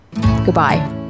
Goodbye